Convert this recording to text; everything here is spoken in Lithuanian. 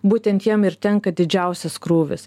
būtent jam ir tenka didžiausias krūvis